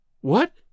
What